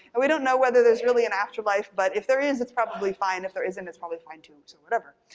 and we don't know whether there's really an afterlife but, if there is, it's probably fine. if there isn't, it's probably fine too, so whatever.